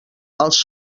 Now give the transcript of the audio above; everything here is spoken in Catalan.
els